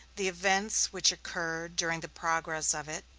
the events which occurred during the progress of it,